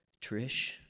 Trish